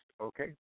Okay